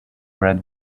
red